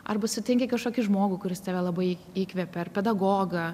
arba sutinki kažkokį žmogų kuris tave labai įkvepia ar pedagogą